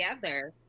together